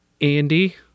Andy